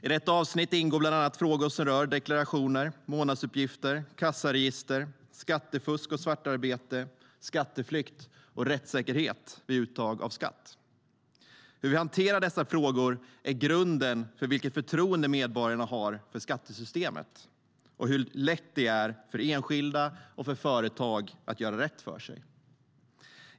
I detta avsnitt ingår bland annat frågor som rör deklarationer, månadsuppgifter, kassaregister, skattefusk och svartarbete, skatteflykt och rättssäkerhet vid uttag av skatt. Hur vi hanterar dessa frågor är grunden för vilket förtroende medborgarna har för skattesystemet och hur lätt det är för enskilda och företag att göra rätt för sig.